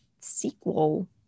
sequel